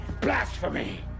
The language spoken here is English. Blasphemy